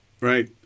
right